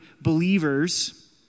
believers